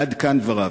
עד כאן דבריו.